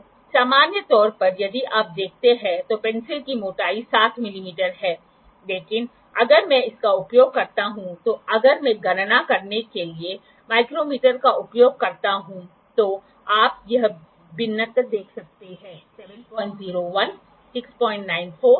तो सामान्य तौर पर यदि आप देखते हैं तो पेंसिल की मोटाई 7 मिमी है लेकिन अगर मैं इसका उपयोग करता हूं तो अगर मैं गणना करने के लिए माइक्रोमीटर का उपयोग करता हूं तो आप यह भिन्नता देख सकते हैं 701 694 755